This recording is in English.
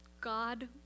God